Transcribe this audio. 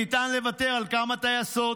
ניתן לוותר על כמה טייסות.